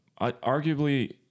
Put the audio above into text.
Arguably